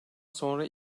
sonra